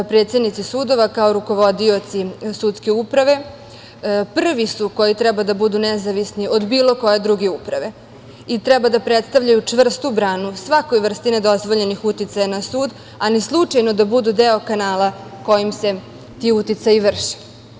Predsednici sudova, kao rukovodioci sudske uprave, prvi su koji treba da budu nezavisni od bilo koje druge uprave i treba da predstavljaju čvrstu branu svakoj vrsti nedozvoljenih uticaja na sud, a ni slučajno da budu deo kanala kojim se ti uticaji vrše.